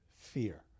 fear